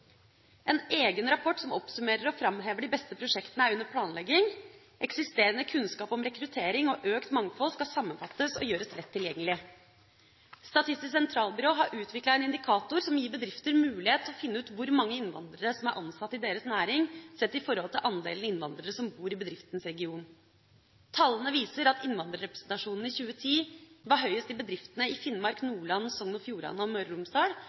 En egen rapport som oppsummerer og framhever de beste prosjektene, er under planlegging. Eksisterende kunnskap om rekruttering og økt mangfold skal sammenfattes og gjøres lett tilgjengelig. Statistisk sentralbyrå har utviklet en indikator som gir bedrifter mulighet til å finne ut hvor mange innvandrere som er ansatt i deres næring, sett i forhold til andelen innvandrere som bor i bedriftens region. Tallene viser at innvandrerrepresentasjonen i 2010 var høyest i bedriftene i Finnmark, Nordland, Sogn og Fjordane og Møre og Romsdal,